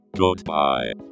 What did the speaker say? Goodbye